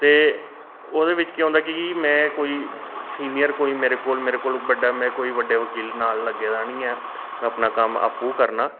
ते ओह्दे बिच केह् होंदा कि में कोई सीनियर कोई मेरे कोलूं बड्डा में कोई बड्डे बकील नाल लग्गे दा निं ऐ में अपना कम्म आपूं करना